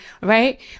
right